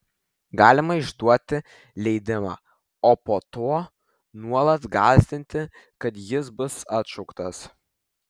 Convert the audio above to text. galima išduoti leidimą o po to nuolat gąsdinti kad jis bus atšauktas